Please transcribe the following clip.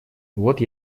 вот